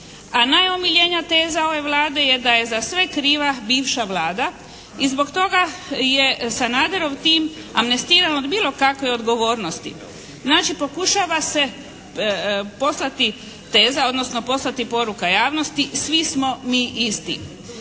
A najomiljenija teza ove Vlade da je za sve kriva bivša Vlada. I zbog toga je Sanaderov tim amnestiran od bilo kakve odgovornosti. Znači pokušava se poslati teza, odnosno poslati poruka javnosti svi smo mi isti.